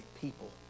people